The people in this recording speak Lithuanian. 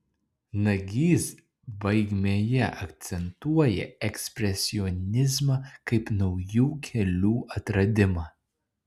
nagys baigmėje akcentuoja ekspresionizmą kaip naujų kelių atradimą